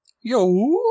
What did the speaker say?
Yo